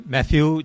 Matthew